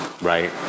right